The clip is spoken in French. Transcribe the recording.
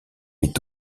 est